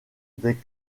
des